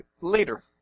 later